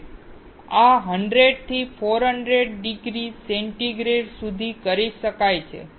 આ 100 થી 400 degree centigrade સુધી કરી શકાય છે